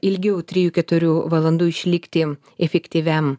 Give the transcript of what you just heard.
ilgiau trijų keturių valandų išlikti efektyviam